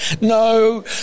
No